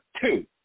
two